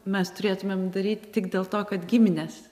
mes turėtumėm daryti tik dėl to kad giminės